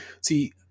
see